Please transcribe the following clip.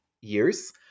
years